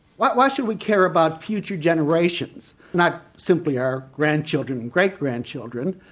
why why should we care about future generations, not simply our grandchildren and great-grandchildren,